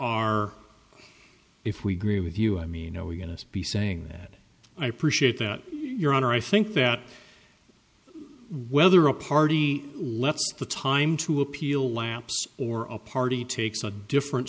are if we grieve with you i mean are we going to be saying that i appreciate that your honor i think that whether a party lets the time to appeal lapse or a party takes a different